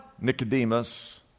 Nicodemus